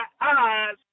eyes